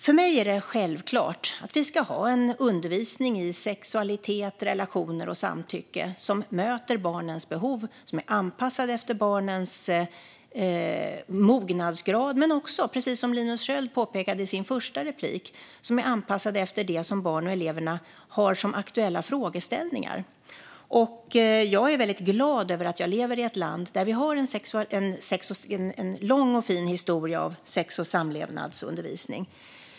För mig är det självklart att vi ska ha en undervisning i sexualitet, relationer och samtycke som möter barnens behov, är anpassad efter barnens mognadsgrad och, precis som Linus Sköld påpekade i sitt första inlägg, är anpassad efter de frågor barn och elever har. Jag är glad över att jag lever i ett land där vi har en lång och fin historia av sex och samlevnadsundervisning.